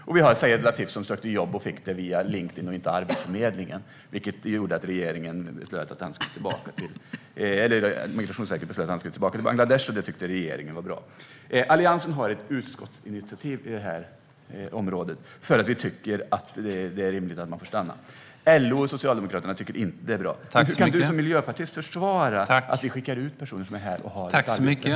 Syed Latif sökte jobb och fick det via Linked In och inte via Arbetsförmedlingen, vilket gjorde att Migrationsverket beslöt att han skulle tillbaka till Bangladesh. Det tyckte regeringen var bra. Alliansen har ett utskottsinitiativ på det här området för att vi tycker att det är rimligt att man får stanna. LO och Socialdemokraterna tycker inte att det är bra. Hur kan du som miljöpartist försvara att vi skickar ut personer som är här och har ett arbete?